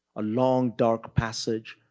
a long dark passage,